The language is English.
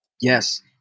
yes